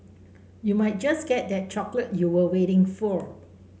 you might just get that chocolate you were waiting for